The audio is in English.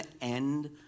end